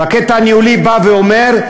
והקטע הניהולי אומר: